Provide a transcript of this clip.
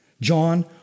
John